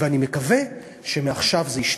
ואני מקווה שמעכשיו זה ישתנה.